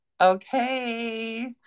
Okay